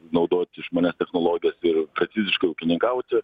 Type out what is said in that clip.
naudoti išmanias technologijas ir kad visiškai ūkininkauti